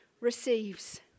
receives